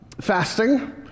fasting